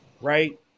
Right